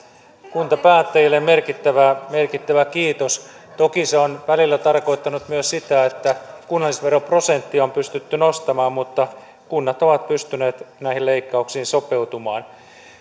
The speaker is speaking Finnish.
kuntapäättäjille merkittävä merkittävä kiitos toki se on välillä tarkoittanut myös sitä että kunnallisveroprosenttia on jouduttu nostamaan mutta kunnat ovat pystyneet näihin leikkauksiin sopeutumaan